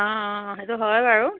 অঁ অঁ সেইটো হয় বাৰু